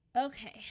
okay